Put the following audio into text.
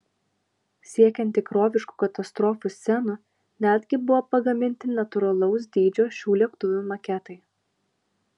siekiant tikroviškų katastrofų scenų netgi buvo pagaminti natūralaus dydžio šių lėktuvų maketai